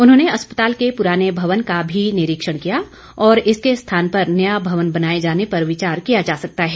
उन्होंने अस्पताल के पुराने भवन का भी निरीक्षण किया और इसके स्थान पर नया भवन बनाए जाने पर विचार किया जा सकता है